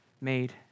made